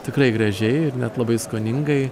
tikrai gražiai ir net labai skoningai